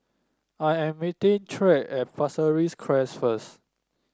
I am meeting Tyrek at Pasir Ris Crest first